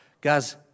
Guys